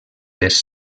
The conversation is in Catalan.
les